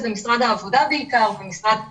בעיקר משרד העבודה ומשרד האוצר,